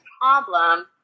problem